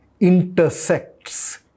intersects